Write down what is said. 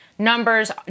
Numbers